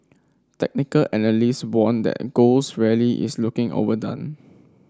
technical analysts warned that gold's rally is looking overdone